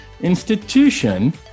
institution